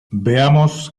veamos